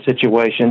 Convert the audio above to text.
situation